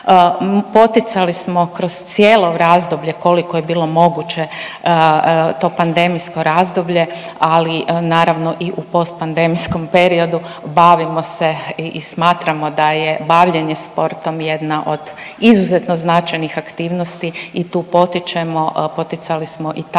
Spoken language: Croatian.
Poticali smo kroz cijelo razdoblje koliko je bilo moguće to pandemijsko razdoblje, ali naravno i u post pandemijskom periodu bavimo se i smatramo da je bavljenje sportom jedna od izuzetno značajnih aktivnosti i tu potičemo, poticali